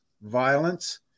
violence